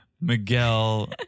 Miguel